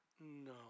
No